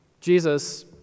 Jesus